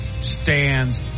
stands